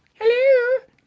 Hello